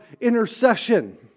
intercession